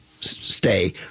stay